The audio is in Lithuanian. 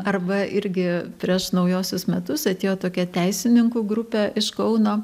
arba irgi prieš naujuosius metus atėjo tokia teisininkų grupė iš kauno